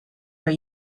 were